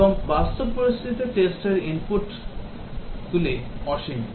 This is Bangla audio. এবং বাস্তব পরিস্থিতিতে testর input গুলি অসীম